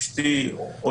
אשתי עולה חדשה.